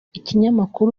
ikinyamakuru